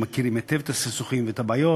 שמכירות היטב את הסכסוכים ואת הבעיות.